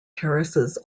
terraces